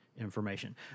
information